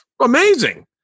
amazing